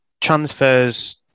transfers